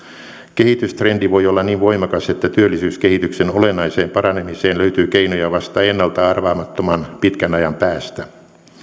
kehitystrendi voi olla niin voimakas että työllisyyskehityksen olennaiseen paranemiseen löytyy keinoja vasta ennalta arvaamattoman pitkän ajan päästä